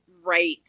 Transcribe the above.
right